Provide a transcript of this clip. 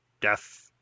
death